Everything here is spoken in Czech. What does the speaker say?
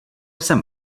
jsem